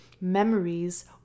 memories